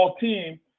team